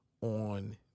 on